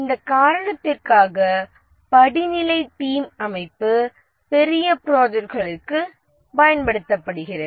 இந்த காரணத்திற்காக படிநிலை டீம் அமைப்பு பெரிய ப்ராஜெக்ட்களுக்கு பயன்படுத்தப்படுகிறது